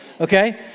Okay